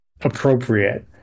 appropriate